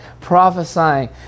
prophesying